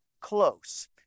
close